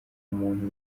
umuntu